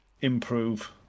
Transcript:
improve